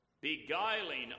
beguiling